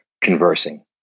conversing